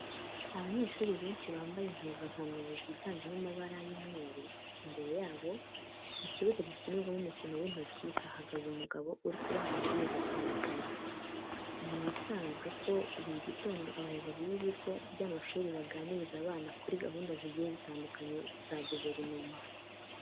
Abanyeshuri benshi bambaye impuzankano ziganjemo amabara y'umweru imbere yabo mu kibuga gikinirwamo umukino w'intoki, hahagaze umugabo uri kubaha amabwiriza atandukanye. Ni ibisanzwe ko buri gitondo abayobozi b'ibigo by'amashuri baganiriza abana kuri gahunda zigiye zitandukanye za guverinoma.